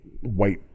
white